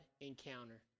encounter